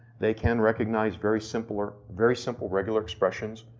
they can recognize very simpler, very simple regular expressions,